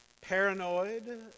paranoid